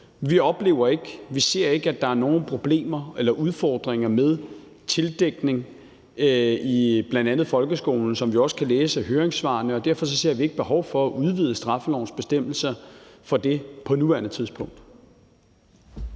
Vi oplever ikke og vi ser ikke, at der er nogen problemer eller udfordringer med tildækning i bl.a. folkeskolen, hvilket vi også kan læse af høringssvarene. Derfor ser vi ikke behov for at udvide straffelovens bestemmelser for det på nuværende tidspunkt.